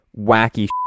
wacky